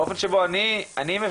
האופן שבו אני מבין,